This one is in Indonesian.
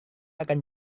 akan